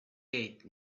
gate